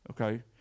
Okay